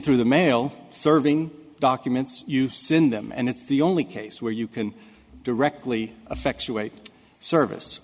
through the mail serving documents you've seen them and it's the only case where you can directly affects you a service